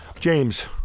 James